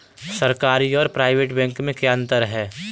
सरकारी और private bank में क्या अंतर है?